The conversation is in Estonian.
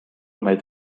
meid